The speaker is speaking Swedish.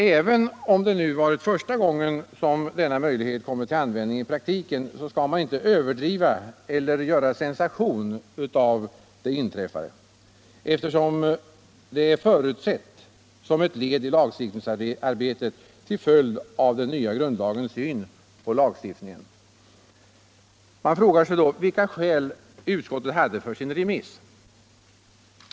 Även om det nu varit första gången som denna möjlighet kommit till användning i praktiken skall man inte överdriva eller göra sensation av det inträffade, eftersom det är förutsett som ett led i lagstiftningsarbetet till följd av den nya grundlagens syn på lagstiftningen. Man frågar sig då vilka skäl utskottet hade för sin remiss.